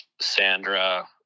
sandra